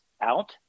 out